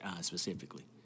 specifically